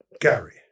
Gary